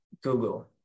Google